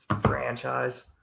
franchise